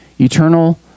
eternal